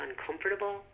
uncomfortable